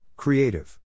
Creative